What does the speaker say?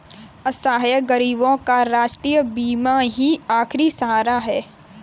असहाय गरीबों का राष्ट्रीय बीमा ही आखिरी सहारा है